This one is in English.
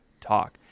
talk